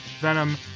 Venom